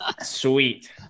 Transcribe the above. sweet